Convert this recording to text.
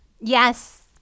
Yes